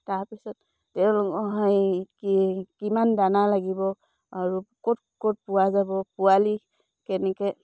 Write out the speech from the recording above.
তাৰপিছত তেওঁলোকৰ কি কিমান দানা লাগিব আৰু ক'ত ক'ত পোৱা যাব পোৱালি কেনেকে